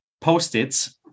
Post-its